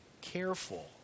careful